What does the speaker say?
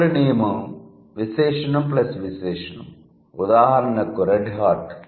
తదుపరి నియమం విశేషణం ప్లస్ విశేషణం ఉదాహరణకు రెడ్హాట్